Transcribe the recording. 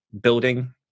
building